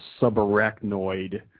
subarachnoid